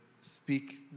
speak